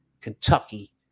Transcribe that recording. Kentucky